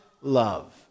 love